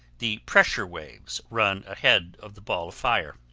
the pressure waves run ahead of the ball of fire.